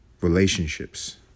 relationships